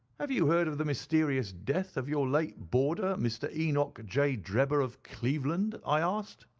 have you heard of the mysterious death of your late boarder mr. enoch j. drebber, of cleveland i asked.